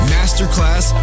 Masterclass